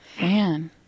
Man